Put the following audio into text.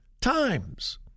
times